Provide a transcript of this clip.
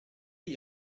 gli